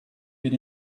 been